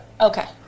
Okay